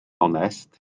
onest